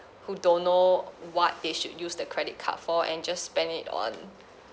who don't know what they should use the credit card for and just spend it on